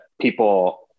people